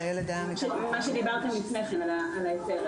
מה שדיברתם לפני כן על ההיתר,